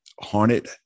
haunted